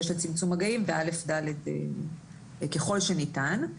של צמצום מגעים וכיתות א'-ד' ככל שניתן,